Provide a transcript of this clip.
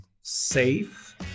safe